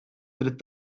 trid